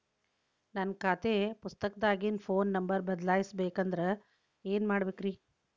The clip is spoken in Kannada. ನನ್ನ ಖಾತೆ ಪುಸ್ತಕದಾಗಿನ ಫೋನ್ ನಂಬರ್ ಬದಲಾಯಿಸ ಬೇಕಂದ್ರ ಏನ್ ಮಾಡ ಬೇಕ್ರಿ?